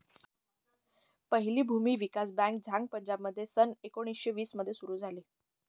पहिली भूमी विकास बँक झांग पंजाबमध्ये सन एकोणीसशे वीस मध्ये सुरू झाली